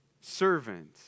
Servant